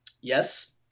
yes